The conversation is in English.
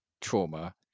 trauma